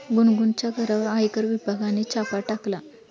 गुनगुनच्या घरावर आयकर विभागाने छापा टाकला